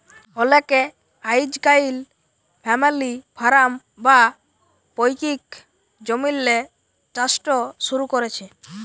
অলেকে আইজকাইল family farm বা পৈত্তিক জমিল্লে চাষট শুরু ক্যরছে